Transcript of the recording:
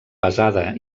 pesada